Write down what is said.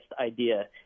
idea